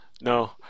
No